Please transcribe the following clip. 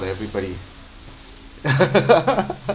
for everybody